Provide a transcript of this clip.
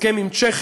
הסכם עם צ'כיה.